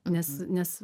nes nes